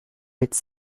its